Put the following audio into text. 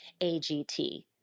AGT